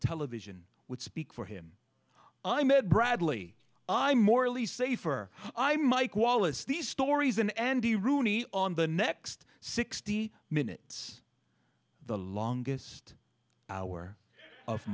television would speak for him i'm ed bradley i'm morley safer i'm mike wallace these stories in n d rooney on the next sixty minutes the longest hour of